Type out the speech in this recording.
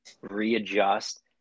readjust